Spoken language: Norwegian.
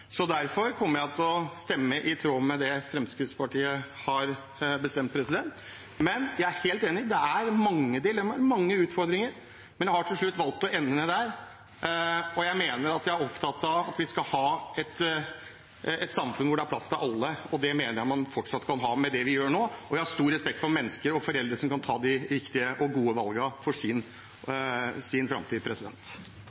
kommer jeg til å stemme i tråd med det Fremskrittspartiet har bestemt. Men jeg er helt enig i at det er mange dilemmaer og mange utfordringer. Jeg har til slutt likevel valgt å ende der. Jeg er opptatt av at vi skal ha et samfunn hvor det er plass til alle, og det mener jeg man fortsatt kan ha med det vi gjør nå. Jeg har stor respekt for mennesker og foreldre som kan ta de riktige og gode valgene for sin